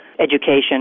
Education